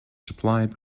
supplied